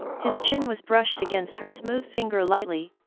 his chin was brushed against her smooth finger lightly,